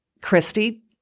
Christy